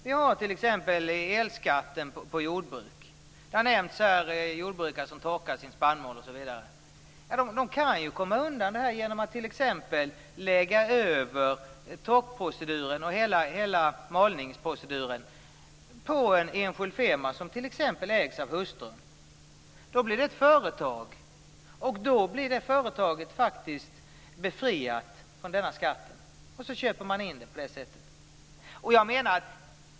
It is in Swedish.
Det gäller t.ex. elskatten på jordbruk. Det har här talats om jordbrukare som torkar sin spannmål. De kan komma undan elskatten genom att lägga över torkproceduren och malningsproceduren på en enskild firma som ägs av hustrun. Då blir det företaget faktiskt befriat från elskatten.